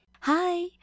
Hi